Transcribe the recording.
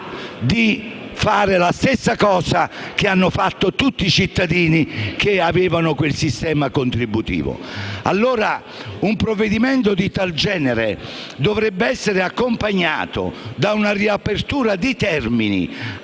di fare la stessa cosa che hanno fatto tutti i cittadini che avevano quel sistema contributivo? Un provvedimento di tal genere dovrebbe allora essere accompagnato da una riapertura dei termini